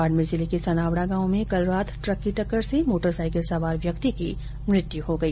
बाड़मेर जिले के सनावडा गांव में कल रात ट्रक की टक्कर से मोटरसाईकिल सवार व्यक्ति की मृत्यु हो गई